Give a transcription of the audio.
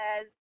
says